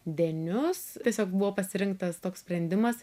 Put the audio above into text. denius tiesiog buvo pasirinktas toks sprendimas